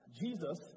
jesus